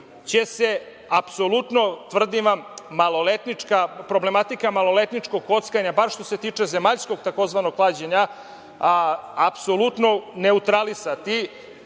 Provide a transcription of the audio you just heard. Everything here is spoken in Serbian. će se apsolutno, tvrdim vam, problematika maloletničkog kockanja, bar što se tiče zemaljskog tzv. klađenja, apsolutno neutralisati.